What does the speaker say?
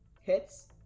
hits